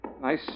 Nice